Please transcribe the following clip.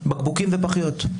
בקבוקים ופחיות.